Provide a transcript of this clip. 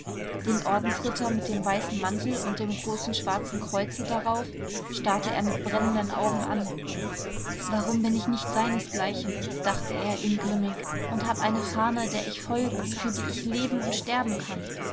den ordensritter mit dem weißen mantel und dem großen schwarzen kreuze darauf starrte er mit brennenden augen an warum bin ich nicht seinesgleichen dachte er ingrimmig und hab eine fahne der ich folgen für die ich leben und sterben kann